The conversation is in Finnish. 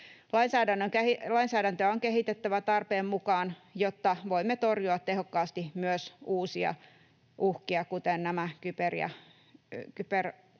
Lainsäädäntöä on kehitettävä tarpeen mukaan, jotta voimme torjua tehokkaasti myös uusia uhkia, kuten nämä kyberuhat